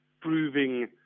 proving